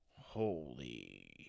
Holy